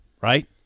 right